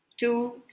two